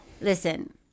Listen